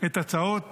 את ההצעות